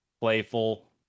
playful